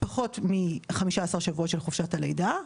פחות מ-15 שבועות של חופשת הלידה.